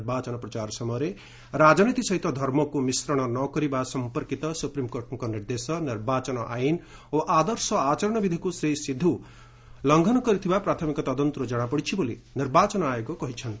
ନିର୍ବାଚନ ପ୍ରଚାର ସମୟରେ ରାଜନୀତି ସହିତ ଧର୍ମକୁ ମିଶ୍ରଣ ନ କରିବା ସମ୍ପର୍କୀତ ସୁପ୍ରିମକୋର୍ଟଙ୍କ ନିର୍ଦ୍ଦେଶ ନିର୍ବାଚନ ଆଇନ ଓ ଆଦର୍ଶ ଆଚରଣ ବିଧିକୁ ଶ୍ରୀ ସିଦ୍ଧ ଲଂଘନ କରିଥିବା ପ୍ରାଥମିକ ତଦନ୍ତରୁ ଜଣାପଡିଛି ବୋଲି ନିର୍ବାଚନ ଆୟୋଗ କହିଛନ୍ତି